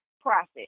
profit